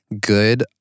good